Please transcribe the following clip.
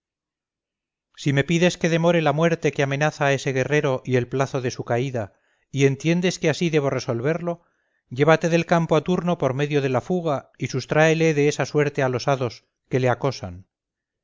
si me pides que demore la muerte que amenaza a ese guerrero y el plazo de su caída y entiendes que así debo resolverlo llévate del campo a turno por medio de la fuga y sustráele de esa suerte a los hados que le acosan